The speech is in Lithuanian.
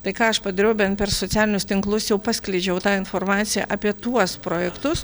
tai ką aš padariau bent per socialinius tinklus jau paskleidžiau tą informaciją apie tuos projektus